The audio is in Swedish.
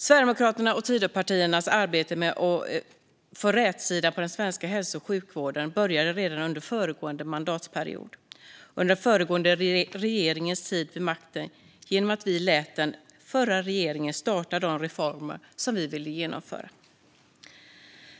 Sverigedemokraternas och Tidöpartiernas arbete med att få rätsida på den svenska hälso och sjukvården började redan under föregående mandatperiod, under den förra regeringens tid vid makten, genom att vi i Sverigedemokraterna lät regeringen starta de reformer som vi ville genomföra.